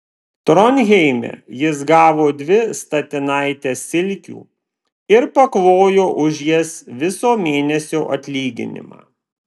tronheime jis gavo dvi statinaites silkių ir paklojo už jas viso mėnesio atlyginimą